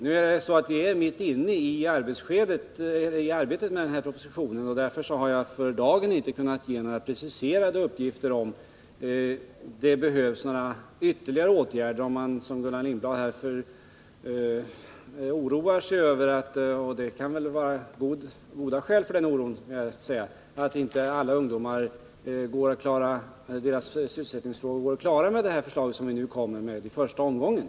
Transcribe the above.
Men vi är som sagt mitt inne i arbetet med propositionen, och därför har jag för dagen inte kunnat ge några preciserade uppgifter om huruvida det behövs några ytterligare åtgärder. Man kan givetvis som Gullan Lindblad oroa sig för — och det kan finnas goda skäl för en sådan oro — att det med det kommande förslaget inte går att i den första omgången lösa sysselsättningsproblemen för alla ungdomar.